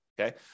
okay